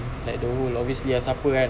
like the whole obviously siapa kan